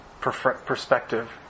perspective